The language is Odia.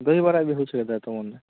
ଦହିବରା ବି ହେଉଛେ କାଏଁ ଦା ତୁମର ନେଁ